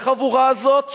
לחבורה הזאת,